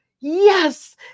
yes